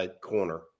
corner